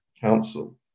Council